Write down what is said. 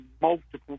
multiple